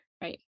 Right